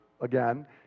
again